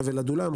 חבל עדולם,